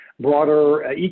broader